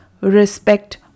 respect